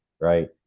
right